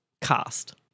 Cast